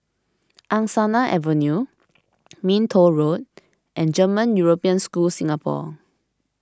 Angsana Avenue Minto Road and German European School Singapore